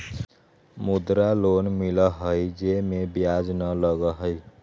मुद्रा लोन मिलहई जे में ब्याज न लगहई?